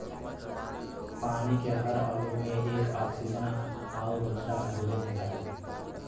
पानी के हर अणु में एक ऑक्सीजन आउर दूसर हाईड्रोजन होला